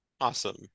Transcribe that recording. Awesome